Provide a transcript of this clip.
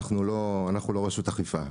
אנחנו לא רשות אכיפה.